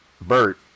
Bert